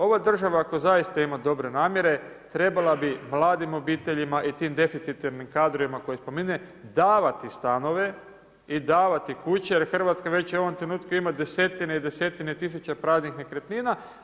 Ova država, ako zaista ima dobre namjere, trebala bi mladim obiteljima i tim deficitarnim kadrovima koje spomene davati stanove i davati kuće jer Hrvatska već u ovom trenutku ima desetine i desetine tisuća praznih nekretnina.